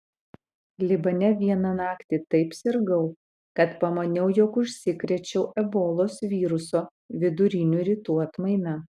libane vieną naktį taip sirgau kad pamaniau jog užsikrėčiau ebolos viruso vidurinių rytų atmaina